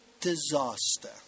disaster